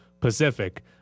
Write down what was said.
Pacific